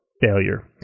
failure